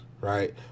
right